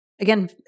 again